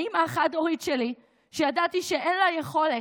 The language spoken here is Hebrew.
האימא החד-הורית שלי, שידעתי שאין לה יכולת,